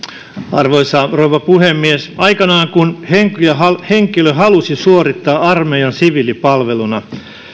arvoisa rouva puhemies aikanaan kun henkilö halusi suorittaa armeijan siviilipalveluna